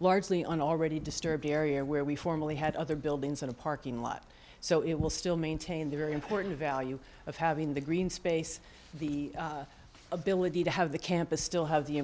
largely an already disturbed area where we formally had other buildings in a parking lot so it will still maintain the very important value of having the green space the ability to have the campus still have the